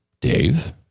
Dave